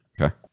Okay